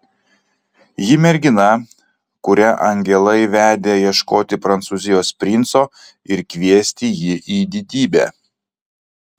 ji mergina kurią angelai vedė ieškoti prancūzijos princo ir kviesti jį į didybę